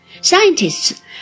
Scientists